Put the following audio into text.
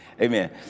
Amen